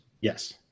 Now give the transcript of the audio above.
Yes